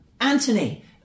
Anthony